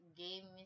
game